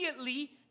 immediately